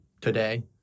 today